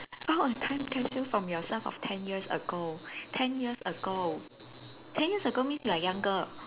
saw a time capsule from yourself of ten years ago ten years ago ten years ago means you are younger